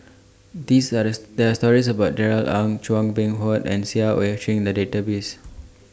These Are There Are stories about Darrell Ang Chua Beng Huat and Seah EU Chin in The Database